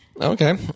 Okay